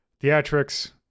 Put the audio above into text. theatrics